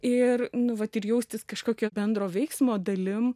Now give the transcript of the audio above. ir nu vat ir jaustis kažkokio bendro veiksmo dalim